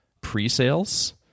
pre-sales